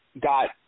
got